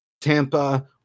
Tampa